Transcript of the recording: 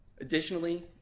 Additionally